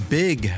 big